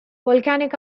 volcanic